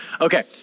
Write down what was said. Okay